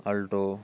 alto